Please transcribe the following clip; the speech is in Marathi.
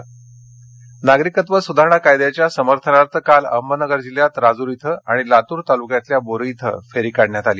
सीएए लात्र अहमदनगर नागरिकत्व सुधारणा कायद्याच्या समर्थनार्थ काल अहमदनगर जिल्ह्यात राजूर इथं आणि लातूर तालुक्यातल्या बोरी इथं फेरी काढण्यात आली